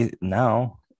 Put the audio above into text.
now